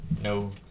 no